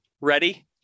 ready